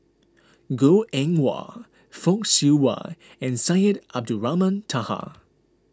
Goh Eng Wah Fock Siew Wah and Syed Abdulrahman Taha